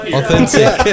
Authentic